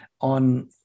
on